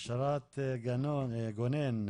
אשרת גונן,